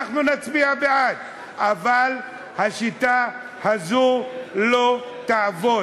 אנחנו נצביע בעד, אבל השיטה הזאת לא תעבוד.